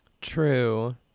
true